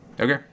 okay